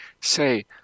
say